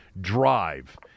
drive –